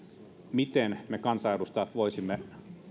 miten me kansanedustajat voisimme